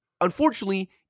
Unfortunately